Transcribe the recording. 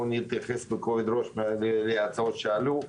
ראש להצעות שעלו,